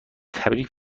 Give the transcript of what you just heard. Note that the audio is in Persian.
تبریک